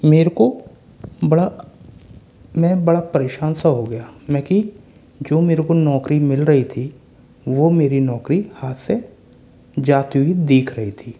मेरे को बड़ा मैं बड़ा परेशान सा हो गया मैं कि जो मेरे को नौकरी मिल रही थी वो मेरी नौकरी हाथ से जाती हुई दिख रही थी